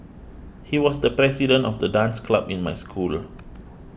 he was the president of the dance club in my school